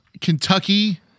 Kentucky